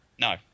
No